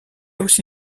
aussi